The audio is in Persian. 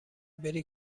بری